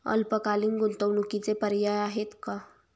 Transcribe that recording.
अल्पकालीन गुंतवणूकीचे पर्याय आहेत का?